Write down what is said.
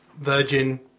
virgin